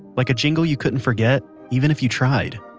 like a jingle you couldn't forget even if you tried